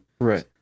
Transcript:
Right